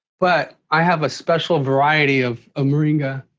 but i have a special variety of ah moringa